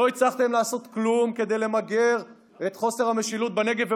לא הצלחתם לעשות כלום כדי למגר את חוסר המשילות בנגב ובגליל.